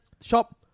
shop